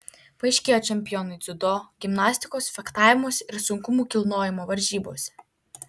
paaiškėjo čempionai dziudo gimnastikos fechtavimosi ir sunkumų kilnojimo varžybose